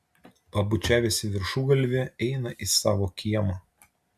pabučiavęs į viršugalvį eina į savo kiemą